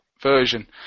version